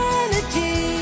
energy